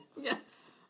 Yes